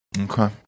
Okay